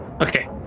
okay